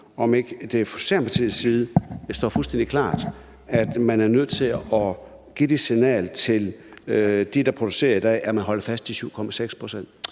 om ikke det fra Socialdemokratiets side står fuldstændig klart, at man er nødt til at sende det signal til dem, der producerer det i dag, at man holder fast i de 7,6 pct.?